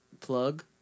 Plug